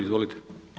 Izvolite.